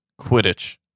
Quidditch